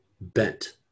bent